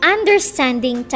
Understanding